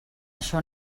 això